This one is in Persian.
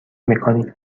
مکانیک